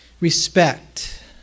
Respect